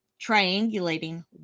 triangulating